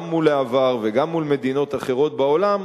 גם מול העבר וגם מול מדינות אחרות בעולם,